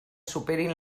superin